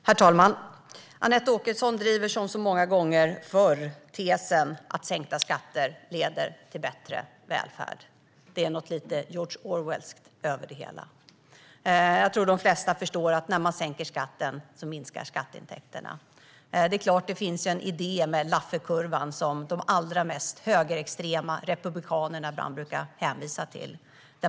Herr talman! Anette Åkesson driver som så många gånger förr tesen att sänkta skatter leder till bättre välfärd. Det är något lite George Orwellskt över det hela. Jag tror att de flesta förstår att när man sänker skatten minskar skatteintäkterna. Det är klart att det finns en idé med Lafferkurvan, som de allra mest högerextrema republikanerna ibland hänvisar till.